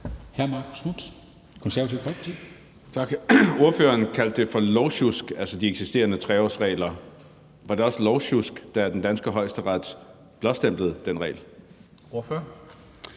Marcus Knuth (KF): Tak. Ordføreren kaldte det for lovsjusk, altså den eksisterende 3-årsregel. Var det også lovsjusk, da den danske Højesteret blåstemplede den regel? Kl.